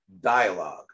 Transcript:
dialogue